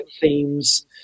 themes